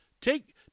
Take